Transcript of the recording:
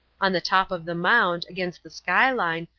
on the top of the mound, against the sky line,